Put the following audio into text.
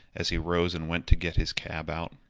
as he rose and went to get his cab out.